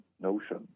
notion